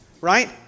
right